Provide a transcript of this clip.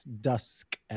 Dusk